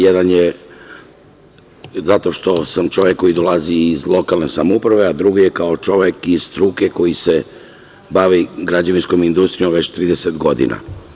Jedan je zato što sam čovek koji dolazi iz lokalne samouprave, a drugi kao čovek iz struke koji se bavi građevinskom industrijom već 30 godina.